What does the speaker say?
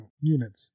units